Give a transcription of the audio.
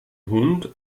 hund